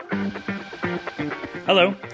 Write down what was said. Hello